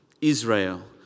Israel